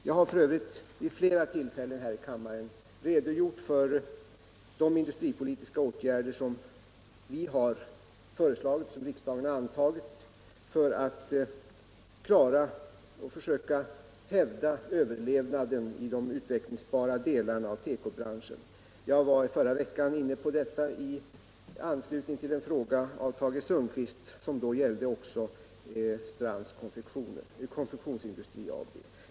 Jag har för övrigt vid flera tillfällen i kammaren redogjort för de industripolitiska åtgärder som vi har föreslagit och som riksdagen har antagit för att försöka hävda överlevnaden av de utvecklingsbara delarna av tekobranschen. Jag var I förra veckan inne på detta i anslutning till en fråga av Tage Sundkvist som också gällde Strands fabrik.